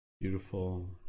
Beautiful